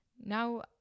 Now